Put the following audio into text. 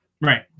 right